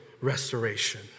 restoration